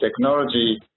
technology